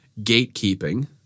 gatekeeping